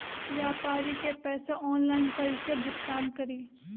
व्यापारी के पैसा ऑनलाइन कईसे भुगतान करी?